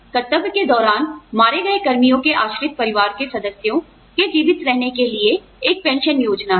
कर्तव्य के दौरान मारे गए कर्मियों के आश्रित परिवार के सदस्यों के जीवित रहने के लिए एक पेंशन योजना है